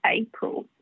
April